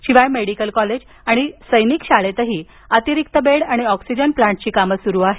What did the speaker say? शिवाय medical college आणि सैनिक शाळेत अतिरिक्त बेड आणि ऑक्सिजन प्लान्टची कामं सुरू आहेत